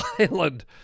Island